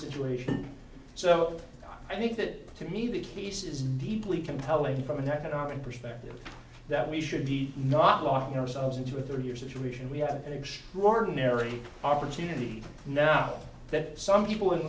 situation so i think that to me the case is deeply compelling from an economic perspective that we should be not locking ourselves into a third year situation we have an extraordinary opportunity now that some people in